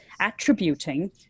attributing